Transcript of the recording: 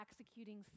executing